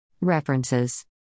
References